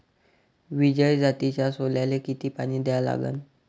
विजय जातीच्या सोल्याले किती पानी द्या लागन?